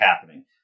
happening